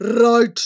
right